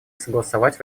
согласовать